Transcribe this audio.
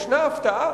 יש הפתעה,